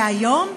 והיום,